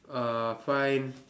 uh find